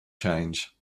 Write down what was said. change